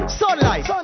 sunlight